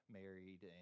married